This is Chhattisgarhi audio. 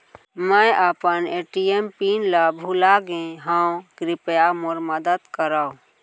मै अपन ए.टी.एम पिन ला भूलागे हव, कृपया मोर मदद करव